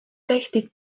tehti